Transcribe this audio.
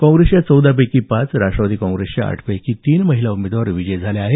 काँग्रेसच्या चौदापैकी पाच राष्ट्रवादी काँग्रेसच्या आठ पैकी तीन महिला उमेदवार विजयी झाल्या आहेत